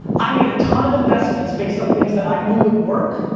i made a ton of investments based on things that i knew would work.